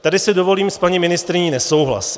Tady si dovolím s paní ministryní nesouhlasit.